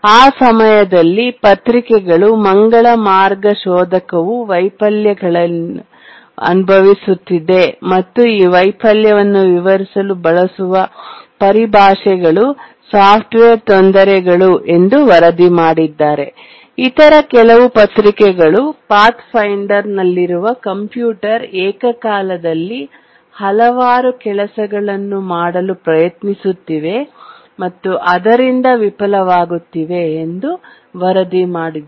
ಆ ಸಮಯದಲ್ಲಿ ಪತ್ರಿಕೆಗಳು ಮಂಗಳ ಮಾರ್ಗ ಶೋಧಕವು ವೈಫಲ್ಯಗಳನ್ನು ಅನುಭವಿಸುತ್ತಿದೆ ಮತ್ತು ಈ ವೈಫಲ್ಯವನ್ನು ವಿವರಿಸಲು ಬಳಸುವ ಪರಿಭಾಷೆಗಳು ಸಾಫ್ಟ್ವೇರ್ ತೊಂದರೆಗಳು ಎಂದು ವರದಿ ಮಾಡಿದ್ದರೆ ಇತರ ಕೆಲವು ಪತ್ರಿಕೆಗಳು ಪಾತ್ಫೈಂಡರ್ನಲ್ಲಿರುವ ಕಂಪ್ಯೂಟರ್ ಏಕಕಾಲದಲ್ಲಿ ಹಲವಾರು ಕೆಲಸಗಳನ್ನು ಮಾಡಲು ಪ್ರಯತ್ನಿಸುತ್ತಿವೆ ಮತ್ತು ಆದ್ದರಿಂದ ವಿಫಲವಾಗುತ್ತಿದೆ ಎಂದು ವರದಿ ಮಾಡಿದೆ